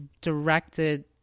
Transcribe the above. directed